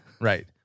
Right